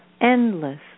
endless